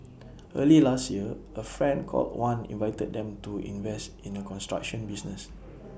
early last year A friend called wan invited them to invest in A construction business